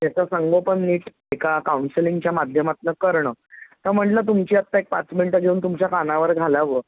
याचं संगोपन नीट एका काउंसेलिंगच्या माध्यमातनं करणं तर म्हणलं तुमची आत्ता एक पाच मिनिटं घेऊन तुमच्या कानावर घालावं